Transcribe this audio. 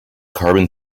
carbon